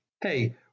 Hey